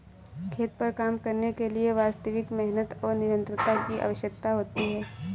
खेत पर काम करने के लिए वास्तविक मेहनत और निरंतरता की आवश्यकता होती है